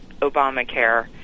Obamacare